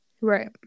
Right